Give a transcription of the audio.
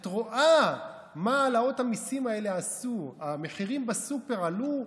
את רואה מה העלאות המיסים האלה עשו: המחירים בסופר עלו,